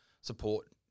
support